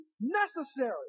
necessary